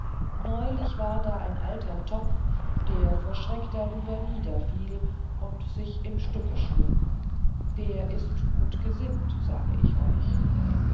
neulich war da ein alter topf der vor schreck darüber niederfiel und sich in stücke schlug der ist gut gesinnt sage ich euch